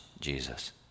Jesus